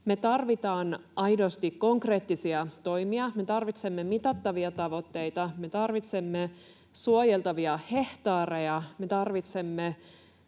Me tarvitsemme aidosti konkreettisia toimia, me tarvitsemme mitattavia tavoitteita, me tarvitsemme suojeltavia hehtaareja, me tarvitsemme